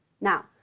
Now